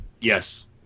Yes